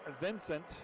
Vincent